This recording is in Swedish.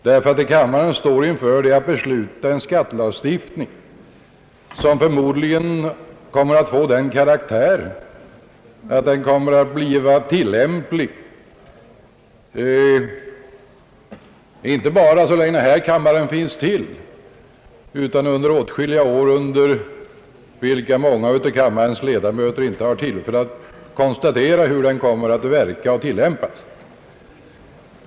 Vad kammaren står inför är nämligen att besluta en skattelagstiftning, som förmodligen kommer att bli tillämplig inte bara så länge denna kammare finns till, utan åtskilliga år framåt, under vilka många av kammarens ledamöter inte har tillfälle att konstatera hur den kommer att verka och tillämpas.